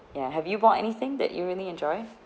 ya have you bought anything that you really enjoy